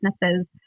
businesses